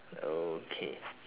okay